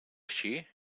així